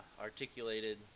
articulated